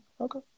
Okay